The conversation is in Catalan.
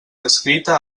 descrita